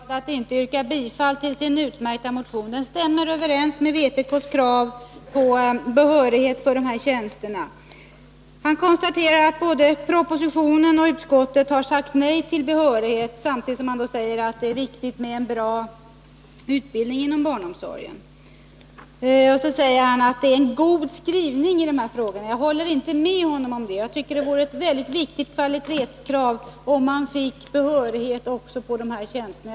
Herr talman! Jag tycker det är dåligt av Lennart Bladh att inte yrka bifall tillsin utmärkta motion. Den stämmer överens med vpk:s krav på behörighet för dessa tjänster. Lennart Bladh konstaterar att det i både propositionen och utskottsbetänkandet har sagts nej till krav på behörighet samtidigt som man säger att det är viktigt med en bra utbildning inom barnomsorgen. Och så säger Lennart Bladh att det är ”en god skrivning” i denna fråga. Jag håller inte med om det. Det är ett viktigt kvalitetskrav att man får behörighetskrav också på dessa tjänster.